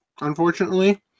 unfortunately